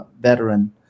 veteran